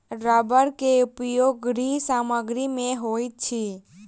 रबड़ के उपयोग गृह सामग्री में होइत अछि